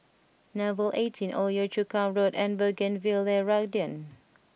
Nouvel Eighteen Old Yio Chu Kang Road and Bougainvillea Garden